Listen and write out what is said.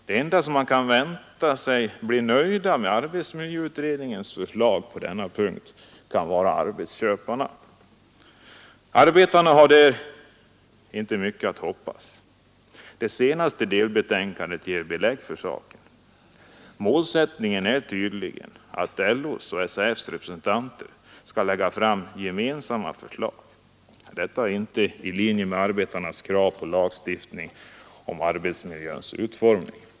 De enda som kan väntas bli nöjda med arbetsmiljöutredningens förslag på denna punkt kan vara arbetsköparna. Arbetarna har där inte mycket att hoppas. Det senaste delbetänkandet ger belägg för den saken. Målsättningen är tydligen att LO:s och SAF:s representanter skall lägga fram gemensamma förslag. Detta är inte i linje med arbetarnas krav på en lagstiftning om arbetsmiljöns utformning.